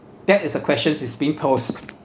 that is a question is been post